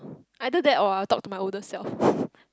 either that or I'll talk to my older self